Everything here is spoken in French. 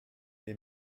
les